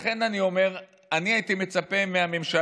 לכן אני אומר שאני הייתי מצפה מהממשלה,